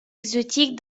exotiques